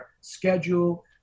schedule